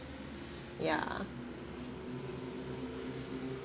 yeah